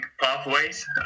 pathways